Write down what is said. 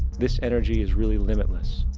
this energy is really limitless.